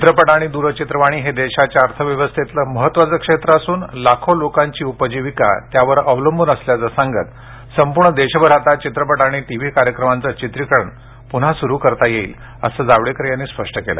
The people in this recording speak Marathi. चित्रपट आणि द्रचित्रवाणी हे देशाच्या अर्थव्यवस्थेतलं महत्त्वाचं क्षेत्र असून लाखो लोकांची उपजीविका त्यावर अवलंबून असल्याचं सांगत संपूर्ण देशभर आता चित्रपट आणि टीव्ही कार्यक्रमांचं चित्रीकरण पुन्हा सुरू करता येईल असं जावडेकर यांनी स्पष्ट केल